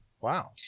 Wow